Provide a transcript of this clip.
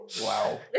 Wow